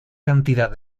cantidad